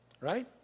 right